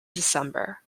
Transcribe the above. december